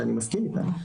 שאני מסכים איתן,